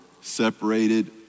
separated